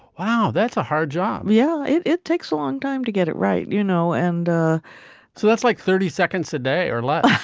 wow. that's a hard job. yeah. it it takes a long time to get it right you know, and so that's like thirty seconds a day or less.